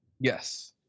Yes